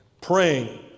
Praying